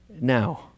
now